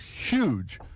huge